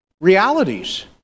realities